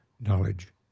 knowledge